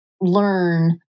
learn